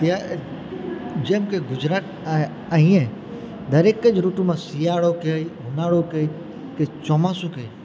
ત્યાં જેમકે ગુજરાત અહીં દરેકજ ઋતુમાં શિયાળો કે ઉનાળો કે કે ચોમાસું છે